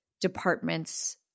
departments